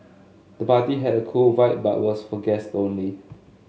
the party had a cool vibe but was for guests only